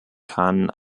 kann